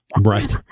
Right